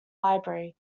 library